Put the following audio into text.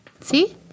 See